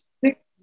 six